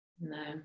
No